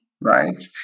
right